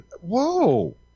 Whoa